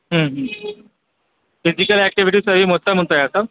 physical activities అవి మొత్తం ఉంటాయా సార్